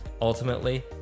ultimately